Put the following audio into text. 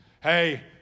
Hey